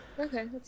Okay